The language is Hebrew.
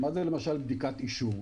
מה זה למשל בדיקת אישור?